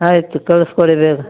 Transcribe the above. ಆಯಿತು ಕಳ್ಸಿ ಕೊಡಿ ಬೇಗ